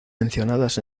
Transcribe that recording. mencionadas